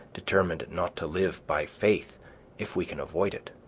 determined not to live by faith if we can avoid it